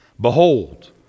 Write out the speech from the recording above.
Behold